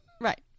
Right